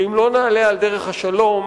שאם לא נעלה על דרך השלום,